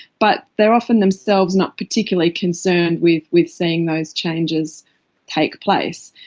but they are often themselves not particularly concerned with with seeing those changes take place.